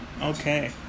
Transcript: Okay